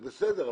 זה בסדר.